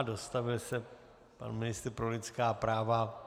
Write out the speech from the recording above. Dostavil se pan ministr pro lidská práva.